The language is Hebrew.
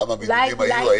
כמה בידודים היו?